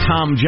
Tom